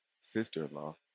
sister-in-law